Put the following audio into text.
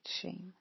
shame